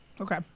Okay